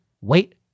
wait